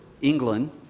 England